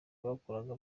bakoraga